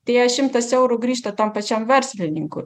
tie šimtas eurų grįžta tam pačiam verslininku